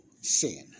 sin